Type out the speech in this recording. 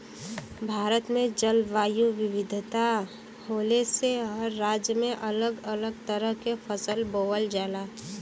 भारत में जलवायु विविधता होले से हर राज्य में अलग अलग तरह के फसल बोवल जाला